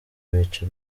bica